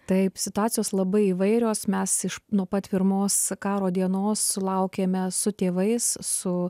taip situacijos labai įvairios mes iš nuo pat pirmos karo dienos sulaukėme su tėvais su